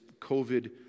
COVID